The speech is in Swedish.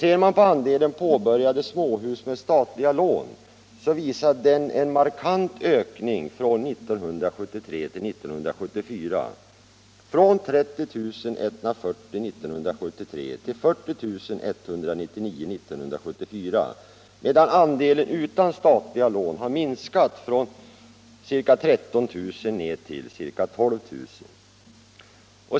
Ser man på andelen påbörjade småhus med statliga lån visar den en markant ökning från 30 140 år 1973 till 40 199 år 1974, medan andelen utan statliga lån har Nr 68 minskat från ca 13 000 till ca 12000.